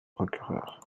procureur